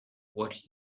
what